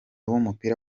w’umupira